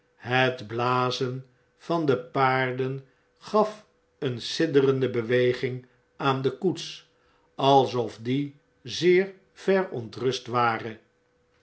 het blazen van de paarden gaf een sidderende beweging aan de koets alsof die zeer verontrust ware